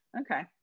okay